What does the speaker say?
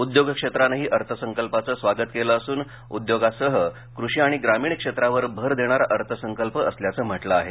उद्योग क्षेत्रानंही अर्थसंकल्पाचं स्वागत केलं असून उद्योगासह कृषी आणि ग्रामीण क्षेत्रावर भर देणारा अर्थसंकल्प असल्याचं म्हटलं आहे